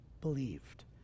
believed